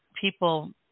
people